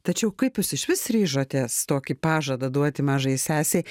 tačiau kaip jūs išvis ryžotės tokį pažadą duoti mažajai sesei